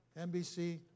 NBC